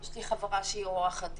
יש לי חברה שהיא עורכת דין,